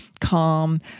calm